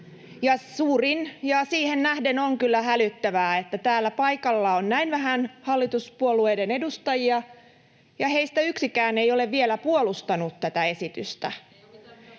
suurin — ja siihen nähden on kyllä hälyttävää, että täällä paikalla on näin vähän hallituspuolueiden edustajia ja heistä yksikään ei ole vielä puolustanut tätä esitystä.